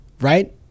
right